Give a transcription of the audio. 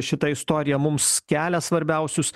šita istorija mums kelia svarbiausius